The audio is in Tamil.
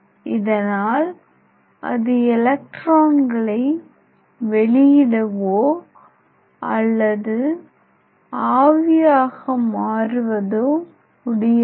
இதனால் அது எலக்ட்ரான்களை வெளியிடவோ அல்லது ஆவியாக மாறுவதோ முடியாது